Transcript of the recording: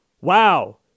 Wow